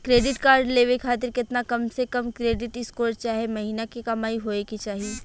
Credit card लेवे खातिर केतना कम से कम क्रेडिट स्कोर चाहे महीना के कमाई होए के चाही?